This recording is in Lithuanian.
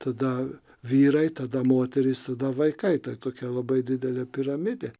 tada vyrai tada moterys tada vaikai tai tokia labai didelė piramidė